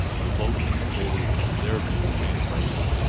the vote total in their view changed by one.